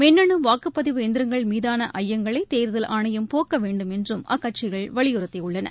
மின்னணு வாக்குப்பதிவு எந்திரங்கள் மீதான ஐயங்களை தேர்தல் ஆணையம் போக்க வேண்டுமென்றும் அக்கட்சிகள் வலியுறுத்தியுள்ளன